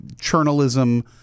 journalism